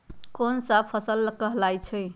गेहूँ कोन सा फसल कहलाई छई?